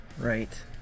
Right